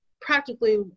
practically